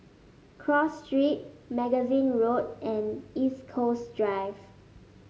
Cross Street Magazine Road and East Coast Drive